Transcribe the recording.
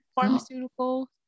pharmaceutical